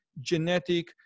genetic